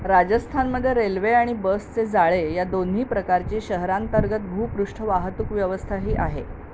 राजस्थानमध्ये रेल्वे आणि बसचे जाळे या दोन्ही प्रकारचे शहरांतर्गत भूपृष्ठ वाहतूक व्यवस्थाही आहे